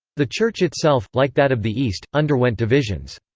the church itself, like that of the east, underwent divisions.